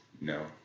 No